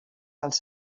dels